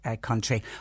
country